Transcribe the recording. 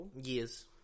Yes